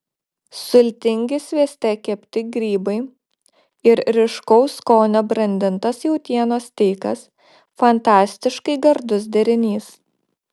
sultingi svieste kepti grybai ir ryškaus skonio brandintas jautienos steikas fantastiškai gardus derinys